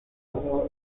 lado